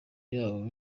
yabo